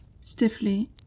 stiffly